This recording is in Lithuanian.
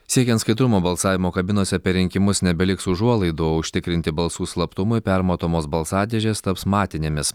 siekiant skaidrumo balsavimo kabinose per rinkimus nebeliks užuolaidų užtikrinti balsų slaptumui permatomos balsadėžės taps matinėmis